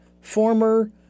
former